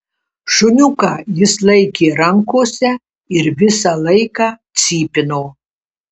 šuniuką jis laikė rankose ir visą laiką cypino